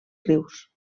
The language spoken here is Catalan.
rius